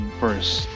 first